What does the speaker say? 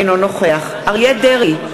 אינו נוכח אריה דרעי,